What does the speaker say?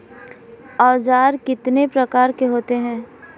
औज़ार कितने प्रकार के होते हैं?